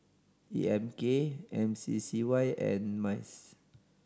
E M K M C C Y and MICE